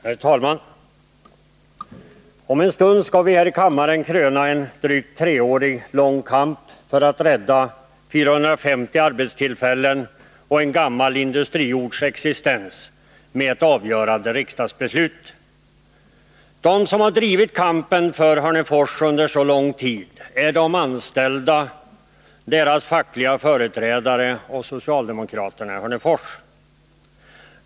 Herr talman! Om en stund skall vi här i kammaren kröna en nu drygt tre år lång kamp för att rädda 450 arbetstillfällen och en gammal industriorts existens med ett avgörande riksdagsbeslut. De som drivit kampen för Hörnefors under så lång tid är de anställda, deras fackliga företrädare och socialdemokraterna i Hörnefors.